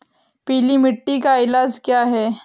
पीली मिट्टी का इलाज क्या है?